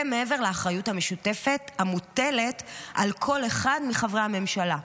מעבר לאחריות המשותפת המוטלת על כל אחד מחברי הממשלה.